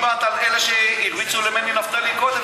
את דיברת על אלה שהרביצו למני נפתלי קודם,